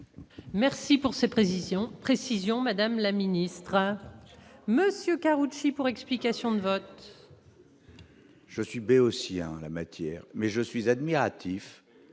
Merci pour ces précisions précisions Madame la ministre, monsieur Karoutchi pour explication de vote. Je suis béotien en la matière, mais je suis admiratif